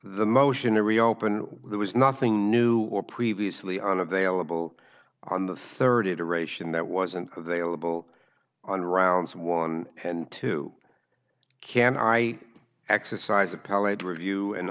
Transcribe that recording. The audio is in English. the motion to reopen there was nothing new or previously unavailable on the third iteration that wasn't available on rounds one and two can i exercise a